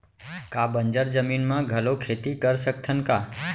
का बंजर जमीन म घलो खेती कर सकथन का?